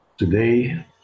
Today